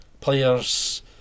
players